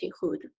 hood